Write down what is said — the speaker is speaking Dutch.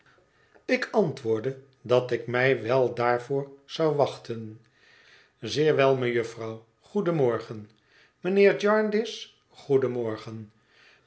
ik antwoordde dat ik mij wel daarvoor zou wachten zeer wel mejufvrouw goedenmorgen mijnheer jarndyce goedenmorgen